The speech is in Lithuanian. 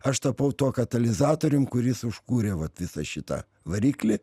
aš tapau tuo katalizatorium kuris užkūrė vat visą šitą variklį